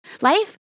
Life